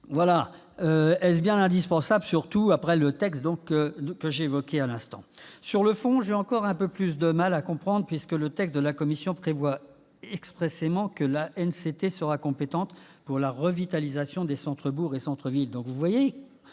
a peu, est-ce bien indispensable, surtout après le texte que j'évoquais à l'instant ? Sur le fond, j'ai encore un peu plus de mal à comprendre, puisque le texte de la commission prévoit expressément que l'Agence nationale pour la cohésion des territoires sera compétente pour la revitalisation des centres-bourgs et centres-villes.